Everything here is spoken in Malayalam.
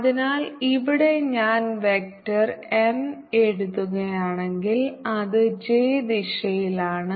അതിനാൽ ഇവിടെ ഞാൻ വെക്റ്റർ എം എഴുതുകയാണെങ്കിൽ അത് j ദിശയിലാണ്